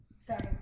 Sorry